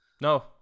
no